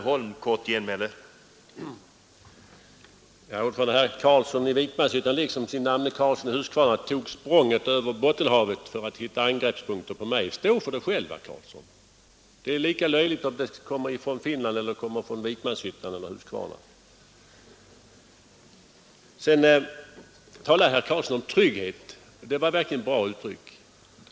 Herr talman! Herr Carlsson i Vikmanshyttan, liksom hans namne herr Karlsson i Huskvarna, tog språnget över Bottenhavet för att hitta angreppspunkter på mig. Stå för det själv, herr Carlsson! Det är lika löjligt vare sig det kommer från Finland eller Vikmanshyttan eller Huskvarna. Herr Carlsson talade om trygghet. Det var verkligen ett bra uttryck.